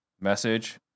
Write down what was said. message